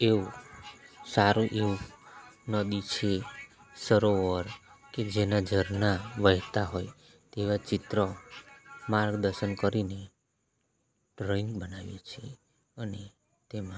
એવું સારું એવું નદી છે સરોવર કે જેના ઝરણા વહેતા હોય તેવા ચિત્ર માર્ગ દર્શન કરીને ડ્રોઈંગ બનાવીએ છીએ અને તેમાં